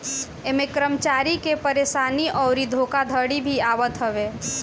इमें कर्मचारी के परेशानी अउरी धोखाधड़ी भी आवत हवे